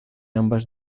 ambas